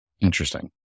Interesting